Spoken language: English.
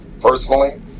personally